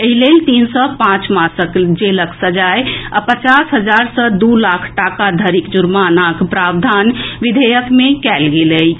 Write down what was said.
एहि लेल तीन सऽ पांच मासक जेलक सजाए आ पचास हजार सँ दू लाख टाका धरिक जुर्मानाक प्रावधान विधेयक मे कएल गेल अछि